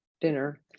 dinner